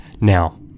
Now